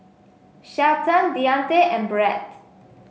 Shelton Deante and Brett